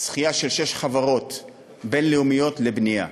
זכייה של שש חברות בין-לאומיות לבנייה.